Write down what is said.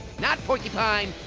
not porcupine,